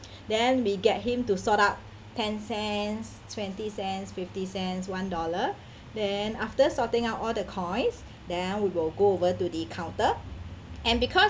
then we get him to sort out ten cents twenty cents fifty cents one dollar then after sorting out all the coins then we will go over to the counter and because